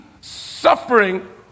suffering